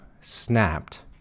snapped